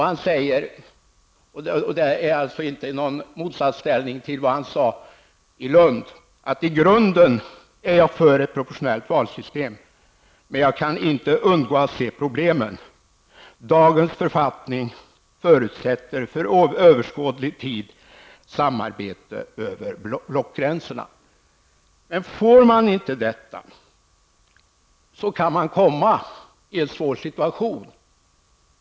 Han säger -- och detta står alltså inte i motsats till vad han sade i Lund -- att han i grunden är för ett proportionellt valsystem men att han inte kan undgå att se problemen. Dagens författning, säger han vidare, förutsätter för överskådlig tid samarbete över blockgränserna. Uppnår man inte detta, kan man hamna i en svår situation.